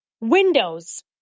Windows